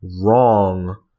wrong